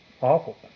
awful